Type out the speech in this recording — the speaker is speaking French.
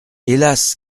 hélas